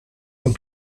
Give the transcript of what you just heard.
and